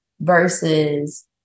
versus